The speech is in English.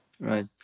Right